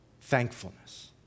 thankfulness